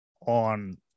on